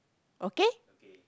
okay